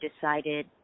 decided